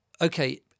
okay